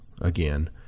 again